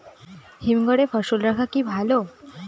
হিমঘরে ফসল রাখা কি ভালো?